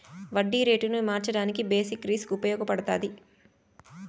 వడ్డీ రేటును మార్చడానికి బేసిక్ రిస్క్ ఉపయగపడతాది